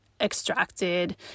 extracted